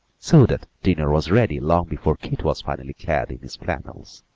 so that dinner was ready long before keith was finally clad in his flannels.